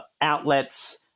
outlets